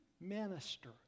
minister